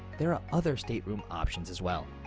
there are other stateroom options as well.